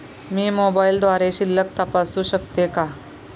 मी मोबाइलद्वारे शिल्लक तपासू शकते का?